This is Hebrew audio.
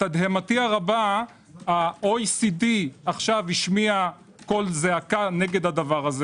לתדהמתי הרבה ה-OECD השמיע עכשיו קול זעקה נגד זה.